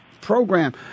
program